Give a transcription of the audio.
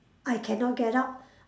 I cannot get out